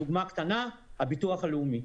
דוגמה קטנה, הביטוח הלאומי.